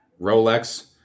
Rolex